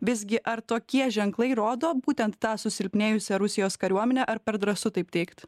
visgi ar tokie ženklai rodo būtent tą susilpnėjusią rusijos kariuomenę ar per drąsu taip teigti